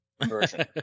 version